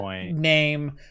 name